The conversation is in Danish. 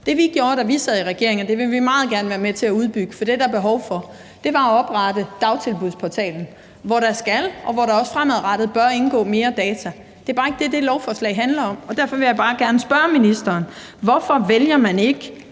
Det, vi gjorde, da vi sad i regering – og det vil vi meget gerne være med til at udbygge, for det er der behov for – var at oprette Dagtilbudsportalen.dk, hvor der skal og også fremadrettet bør indgå mere data. Det er bare ikke det, det her lovforslag handler om, og derfor vil jeg bare gerne spørge ministeren: Hvorfor vælger man ikke